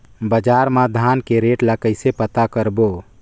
बजार मा धान के रेट ला कइसे पता करबो?